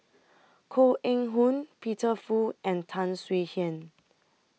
Koh Eng Hoon Peter Fu and Tan Swie Hian